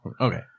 Okay